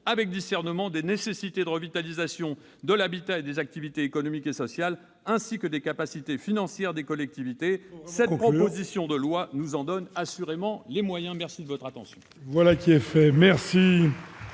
avec discernement des nécessités de revitalisation de l'habitat et des activités économiques et sociales, ainsi que des capacités financières des collectivités. Il faut vraiment conclure ! Cette proposition de loi nous en donne assurément les moyens. La parole est